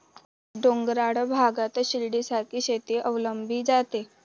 डोंगराळ भागात शिडीसारखी शेती अवलंबली जाते